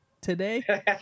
today